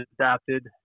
adapted